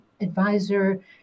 advisor